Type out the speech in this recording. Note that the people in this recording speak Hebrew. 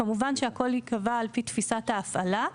כמובן שהכול ייקבע על פי תפיסת ההפעלה.